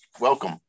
welcome